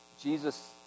Jesus